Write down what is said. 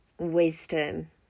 wisdom